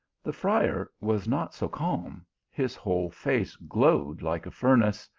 the friar was not so calm his whole face glowed like a furnace,